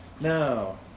No